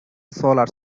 solar